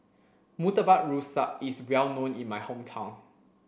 Murtabak Rusa is well known in my hometown